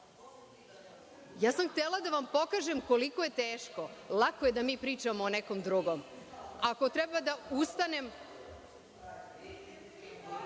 ja sam htela da vam pokažem koliko je teško. Lako je da mi pričamo o nekom drugom. Ako treba da ustanem…Pitam